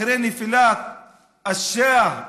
אחרי נפילת השאה באיראן,